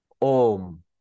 Om